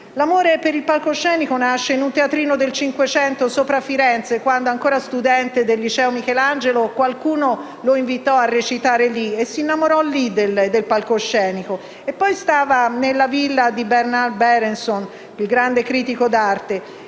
L'amore per il palcoscenico nasce in un teatrino del Cinquecento sopra Firenze dove, ancora studente del liceo «Michelangelo», qualcuno lo invitò a recitare. E poi stava nella villa di Bernard Berenson, il grande critico d'arte,